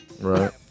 right